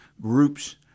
Groups